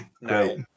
No